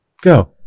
go